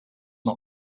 not